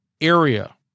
area